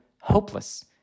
hopeless